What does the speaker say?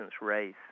race